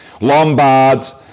Lombards